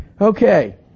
okay